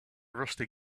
rusty